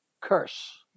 curse